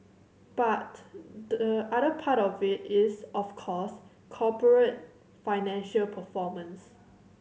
but the other part of it is of course corporate financial performance